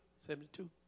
Seventy-two